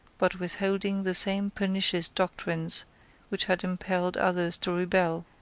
but with holding the same pernicious doctrines which had impelled others to rebel,